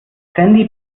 sandy